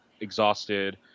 exhausted